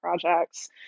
projects